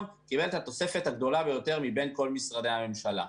קיבל את התוספת הגדולה ביותר מבין כל משרדי הממשלה.